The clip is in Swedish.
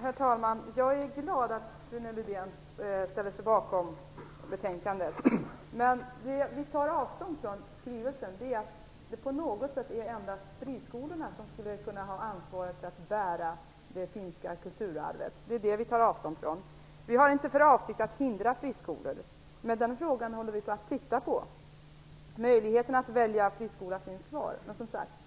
Herr talman! Jag är glad över att Rune Rydén ställer sig bakom utskottets hemställan. Att vi tar avstånd från skrivelsen beror på att vi motsätter oss tanken att endast friskolorna skulle ha ansvaret för att bära det finska kulturarvet. Vi har inte för avsikt att hindra friskolor, utan möjligheten att välja friskola finns kvar.